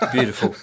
Beautiful